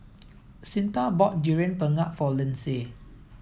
Cyntha bought durian pengat for Lindsay